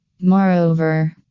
Moreover